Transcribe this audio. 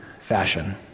fashion